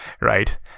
right